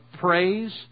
praise